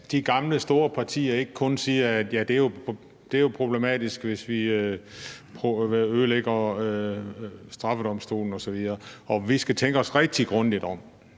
de gamle store partier ikke kun siger, at det jo er problematisk, hvis vi ødelægger straffedomstolen osv., og at vi skal tænke os rigtig grundigt om.